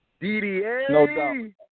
DDA